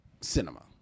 cinema